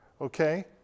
Okay